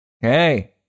Hey